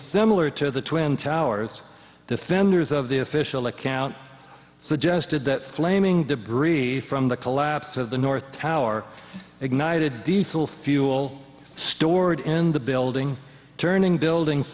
similar to the twin towers defenders of the official account suggested that flaming debris from the collapse of the north tower ignited diesel fuel stored in the building turning buildings